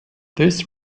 this